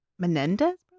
Menendez